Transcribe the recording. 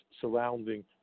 surrounding